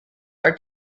are